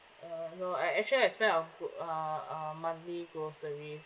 uh no I actually I spend on fo~ uh uh monthly groceries